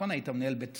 היית מנהל בית ספר.